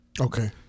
Okay